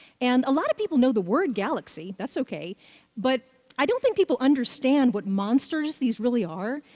and a lot of people know the word galaxy that's ok but i don't think people understand what monsters these really are.